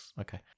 Okay